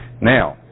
now